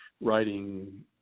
writing